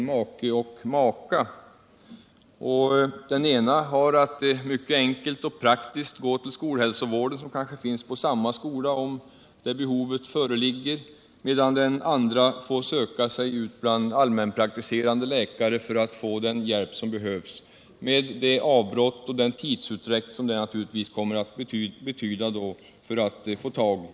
vara make och maka — och att den ena av dem när behov föreligger mycket enkel och praktiskt kan gå till skolhälsovården, som kanske finns i samma skola där de studerar, medan den andra måste söka sig ut bland allmänpraktiserande läkare för att få den hjälp som behövs, med de avbrott och den tidsutdräkt som det naturligtvis då kommer att medföra.